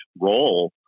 role